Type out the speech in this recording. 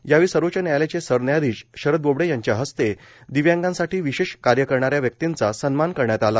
यावेळी सर्वोच्च न्यायालयाचे सरन्यायाधीश शरद बोबडे यांच्या हस्ते दिव्यांगासाठी विशेष कार्य करणा या व्यक्तींचा सन्मान करण्यात आला